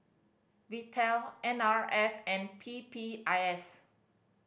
Vital N R F and P P I S